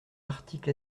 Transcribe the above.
articles